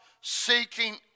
seeking